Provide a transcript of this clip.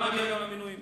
כבר נגיע למינויים,